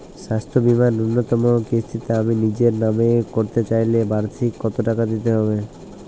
স্বাস্থ্য বীমার ন্যুনতম কিস্তিতে আমি নিজের নামে করতে চাইলে বার্ষিক কত টাকা দিতে হবে?